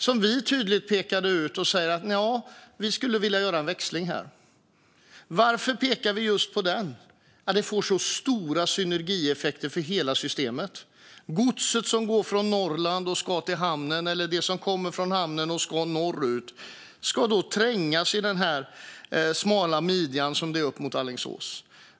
Detta pekade vi ut och sa att vi skulle vilja göra en växling där. Varför pekade vi just på detta? Jo, det får så stora synergieffekter för hela systemet. Det gods som går från Norrland och ska till hamnen och det som kommer från hamnen och ska norrut måste trängas i den smala midja som sträckan till Alingsås är.